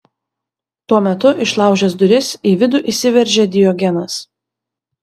tuo metu išlaužęs duris į vidų įsiveržė diogenas